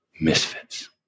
misfits